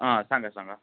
हा सांगा सांगा